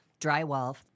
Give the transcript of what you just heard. drywall